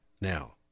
now